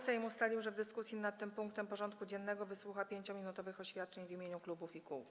Sejm ustalił, że w dyskusji nad tym punktem porządku dziennego wysłucha 5-minutowych oświadczeń w imieniu klubów i kół.